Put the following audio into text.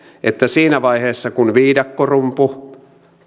että kun viidakkorumpu